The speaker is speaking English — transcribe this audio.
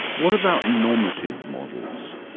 what about normative models?